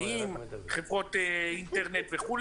חברות אינטרנט וכולי,